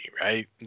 Right